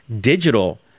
digital